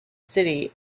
city